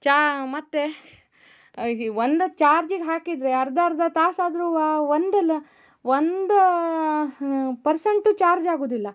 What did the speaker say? ಚಾ ಮತ್ತೆ ಈಗ ಒಂದು ಚಾರ್ಜಿಗೆ ಹಾಕಿದರೆ ಅರ್ಧ ಅರ್ಧ ತಾಸು ಆದರೂ ಆ ಒಂದು ಲ ಒಂದ ಪರ್ಸೆಂಟೂ ಚಾರ್ಜ್ ಆಗುವುದಿಲ್ಲ